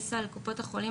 ומעמיס על קופות החולים,